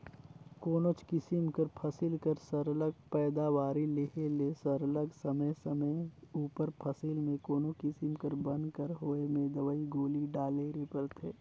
कोनोच किसिम कर फसिल कर सरलग पएदावारी लेहे ले सरलग समे समे उपर फसिल में कोनो किसिम कर बन कर होए में दवई गोली डाले ले परथे